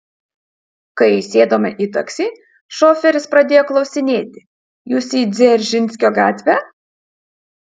kai įsėdome į taksi šoferis pradėjo klausinėti jūs į dzeržinskio gatvę